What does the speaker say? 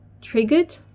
triggered